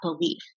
belief